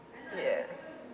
ya